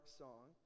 song